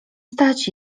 stać